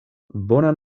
bonan